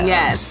Yes